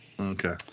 Okay